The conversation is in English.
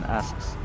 asks